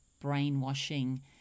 brainwashing